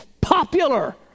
Popular